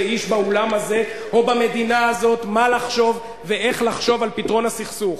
לאיש באולם הזה או במדינה הזאת מה לחשוב ואיך לחשוב על פתרון הסכסוך.